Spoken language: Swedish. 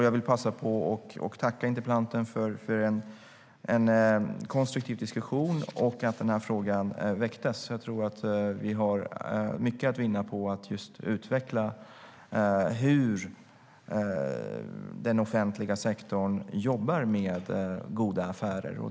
Jag vill passa på att tacka interpellanten för en konstruktiv diskussion och för att den här frågan väcktes. Jag tror att vi har mycket att vinna på att just utveckla hur den offentliga sektorn jobbar med goda affärer.